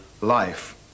life